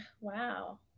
wow